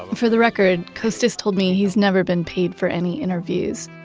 for the record, costis told me he's never been paid for any interviews.